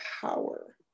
power